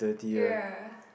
ya